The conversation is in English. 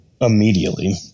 immediately